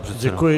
Děkuji.